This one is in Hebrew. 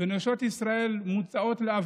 ונשות ישראל מוצאות לעבדות,